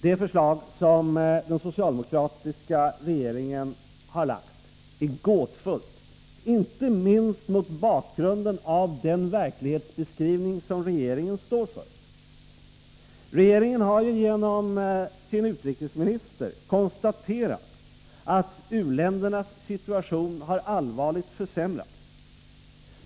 Det förslag som den socialdemokratiska regeringen har lagt fram är gåtfullt, inte minst 'mot bakgrund av den verklighetsbeskrivning som regeringen står för. Regeringen har genom sin utrikesminister konstaterat att u-ländernas situation har allvarligt försämrats.